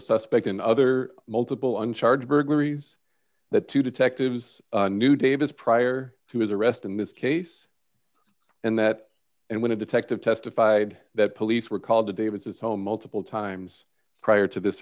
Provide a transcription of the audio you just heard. suspect in other multiple and charged burglaries the two detectives knew davis prior to his arrest in this case and that and when a detective testified that police were called to davis home multiple times prior to this